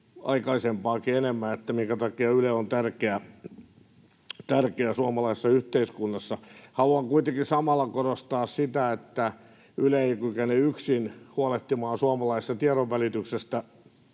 aikaisempaakin enemmän, minkä takia Yle on tärkeä suomalaisessa yhteiskunnassa. Haluan kuitenkin samalla korostaa sitä, että Yle ei kykene yksin huolehtimaan suomalaisesta tiedonvälityksestä